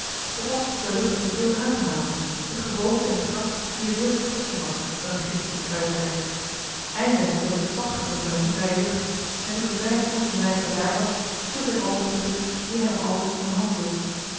t was of de lucht hier veel aangenamer het geboomte en het gras hier veel frisscher was dan ginds op den kruisberg eindelijk had hij zich zat gedronken aan de vrije lucht en toen de vrijheidsroes een weinig bedaard was viel zijn oog op den brief dien hij nog altijd in de hand hield